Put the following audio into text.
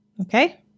Okay